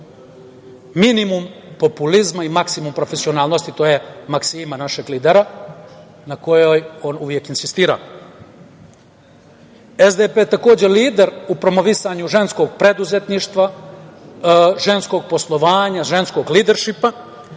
minimum populizma i maksimum profesionalnosti. To je maksima našeg lidera na kojoj on uvek insistira. Socijaldemokratska partija je lider u promovisanju ženskog preduzetništva, ženskog poslovanja, ženskog lideršipa